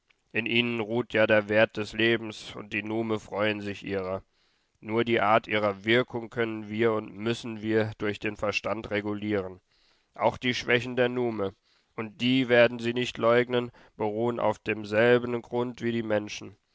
in ihnen ruht ja der wert des lebens und die nume freuen sich ihrer nur die art ihrer wirkung können wir und müssen wir durch den verstand regulieren auch die schwächen der nume und die werd en sie nicht leugnen beruhen auf demselben grund wie die der menschen